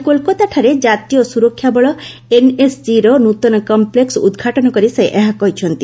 ଆଜି କୋଲ୍କାତାଠାରେ ଜାତୀୟ ସୁରକ୍ଷା ବଳ ଏନ୍ଏସ୍ଜିର ନୃତନ କମ୍ପ୍ଲେକ୍ସ ଉଦ୍ଘାଟନ କରି ସେ ଏହା କହିଛନ୍ତି